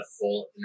full